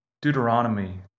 Deuteronomy